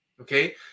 Okay